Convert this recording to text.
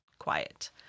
Quiet